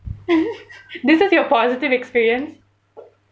this is your positive experience